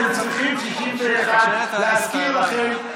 אתם צריכים 61, להזכיר לכם.